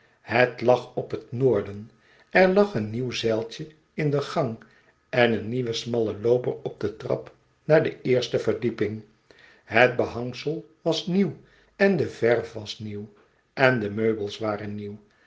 het lag op het noorden er lag een nieuw zeiltje in den gang en een nieuwe smalle looper op de trap naar de eerste verdieping het behangsel was nieuw en de verw was nieuw en de meubels waren nieuw